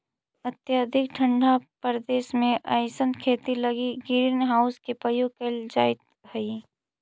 अत्यधिक ठंडा प्रदेश में अइसन खेती लगी ग्रीन हाउस के प्रयोग कैल जाइत हइ